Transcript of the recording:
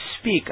speak